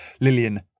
Lillian